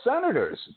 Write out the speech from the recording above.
senators